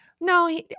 no